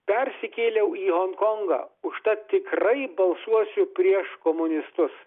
persikėliau į honkongą užtat tikrai balsuosiu prieš komunistus